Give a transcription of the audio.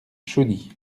chauny